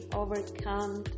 overcome